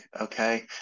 Okay